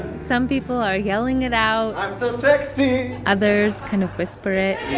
some people are yelling it out i'm so sexy others kind of whisper it